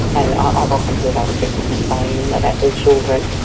and i've often heard other people complaining about their children,